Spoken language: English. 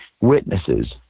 witnesses